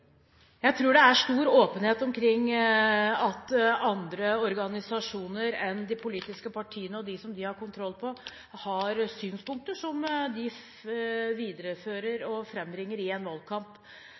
Jeg tror det er stor åpenhet omkring det at andre organisasjoner enn de politiske partiene og dem de har kontroll på, har synspunkter som de viderefører